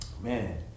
Man